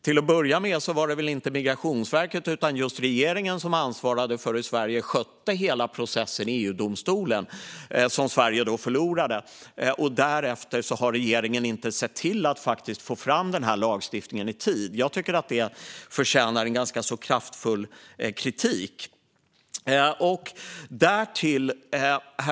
Till att börja med var det väl inte Migrationsverket utan just regeringen som ansvarade för hur Sverige skötte hela processen - som Sverige förlorade - i EU-domstolen, och därefter har regeringen inte sett till att faktiskt få fram den här lagstiftningen i tid. Jag tycker att det förtjänar ganska kraftfull kritik. Herr talman!